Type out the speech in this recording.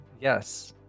yes